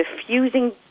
diffusing